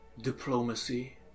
diplomacy